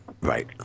Right